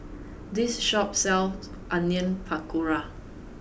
this shop sells Onion Pakora